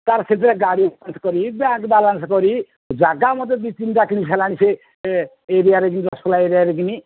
ତା'ର ସେଥିରେ ଗାଡ଼ି କରି ବ୍ୟାଙ୍କ୍ ବାଲାନ୍ସ କରି ଜାଗା ମଧ୍ୟ ଦୁଇ ତିନିଟା କିଣି ସାରିଲାଣି ସେ ଏ ଏରିଆରେ ଦଶପଲ୍ଲା ଏରିଆରେ କିଣି